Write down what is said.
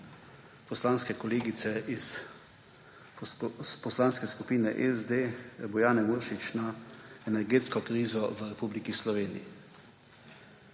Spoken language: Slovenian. poslanske kolegice iz Poslanske skupine SD Bojane Muršič na energetsko krizo v Republiki Sloveniji.